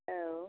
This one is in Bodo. औ